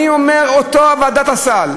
אני אומר, אותה ועדת הסל,